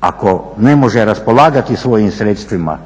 Ako ne može raspolagati svojim sredstvima